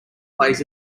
plays